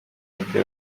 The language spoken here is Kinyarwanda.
n’iryo